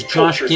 Josh